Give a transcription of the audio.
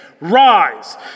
Rise